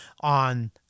on